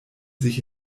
sich